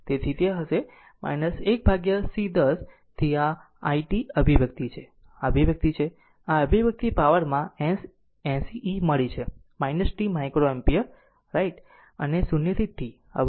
તેથી તે હશે 1 c 1 0 થી t આ i t અભિવ્યક્તિ છે આ અભિવ્યક્તિ છે ત્યાં આ અભિવ્યક્તિ પાવરમાં 80 ઇ મળી છે t માઇક્રો એમ્પીયર રાઇટ અને 0 થી t